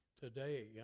today